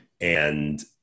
And-